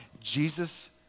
Jesus